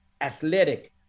Athletic